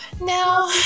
now